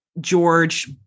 George